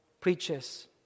preaches